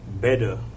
better